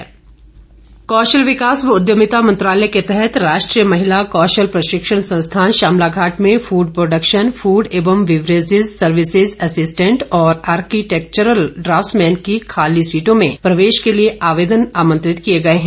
प्रशिक्षण कौशल विकास व उद्यमिता मंत्रालय के तहत राष्ट्रीय महिला कौशल प्रशिक्षण संस्थान शामलाघाट में फूड प्रोडक्शन फूड एवं बीवरेज़िज सर्विसिज एसिस्टेंट और आर्किटैक्चरल ड्राफ्समैन की खाली सीटों में प्रवेश के लिए आवेदन आमंत्रित किए गए हैं